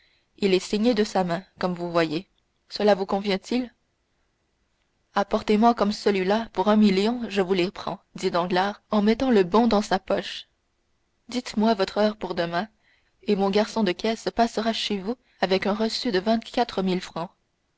il est signé de sa main comme vous voyez cela vous convient-il apportez-m'en comme celui-là pour un million je vous les prends dit danglars en mettant le bon dans sa poche dites-moi votre heure pour demain et mon garçon de caisse passera chez vous avec un reçu de vingt-quatre mille francs